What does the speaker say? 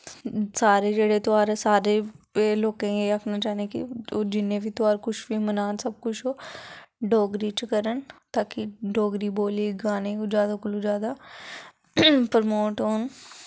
सारे जेह्ड़े तेहार सारे एह् लोकें गी आखना चाह्न्नी कि ओह् जिन्ने बी तेहार कुछ बी मनान सब कुछ डोगरी च करन ता कि डोगरी बोली गाने जैदा कोला जैदा परमोट होन